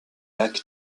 lac